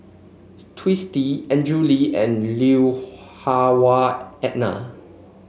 Twisstii Andrew Lee and Lui Hah Wah Elena